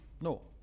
No